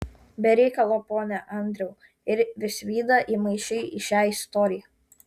be reikalo pone andriau ir visvydą įmaišei į šią istoriją